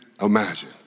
imagine